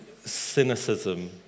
Cynicism